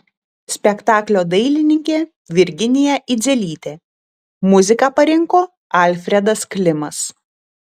spektaklio dailininkė virginija idzelytė muziką parinko alfredas klimas